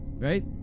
Right